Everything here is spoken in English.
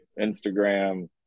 Instagram